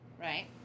right